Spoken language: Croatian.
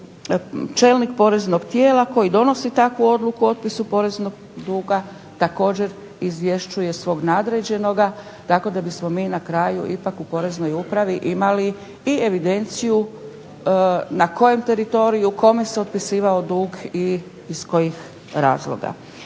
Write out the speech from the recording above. čelnik poreznog tijela koji donosi takvu odluku o otpisu poreznog duga također izvješćuje svog nadređenoga tako da bismo mi na kraju ipak u Poreznoj upravi imali i evidenciju na kojem teritoriju i kome se otpisivao dug i iz kojih razloga.